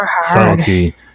subtlety